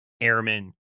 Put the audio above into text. airmen